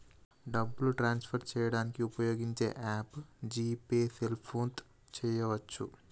డబ్బుని ట్రాన్స్ఫర్ చేయడానికి ఉపయోగించే యాప్ జీ పే సెల్ఫోన్తో చేయవచ్చు